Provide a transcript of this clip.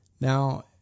Now